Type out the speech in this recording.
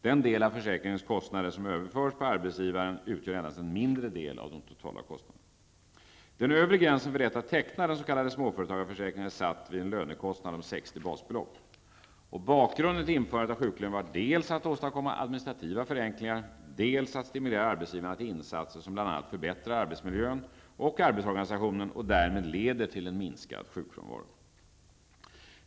Den del av försäkringens kostnader som överförs på arbetsgivaren utgör endast en mindre del av de totala kostnaderna. småföretagarförsäkringen är satt vid en lönekostnad om 60 basbelopp. Bakgrunden till införandet av sjuklön var dels att åstadkomma administrativa förenklingar, dels att stimulera arbetsgivarna till insatser som bl.a. förbättrar arbetsmiljön och arbetsorganisationen, vilket leder till en minskad sjukfrånvaro.